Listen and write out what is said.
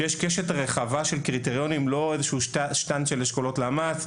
כשיש קשת רחבה של קריטריונים; לא איזשהו שטנץ של אשכולות למ"ס.